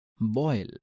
boil